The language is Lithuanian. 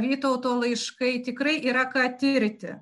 vytauto laiškai tikrai yra ką tirti